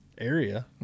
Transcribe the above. Area